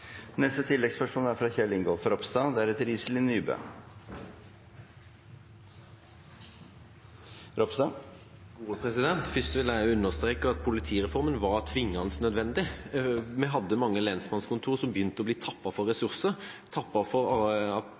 Kjell Ingolf Ropstad – til oppfølgingsspørsmål. Først vil jeg understreke at politireformen var tvingende nødvendig. Vi hadde mange lensmannskontor som begynte å bli tappet for ressurser, tappet for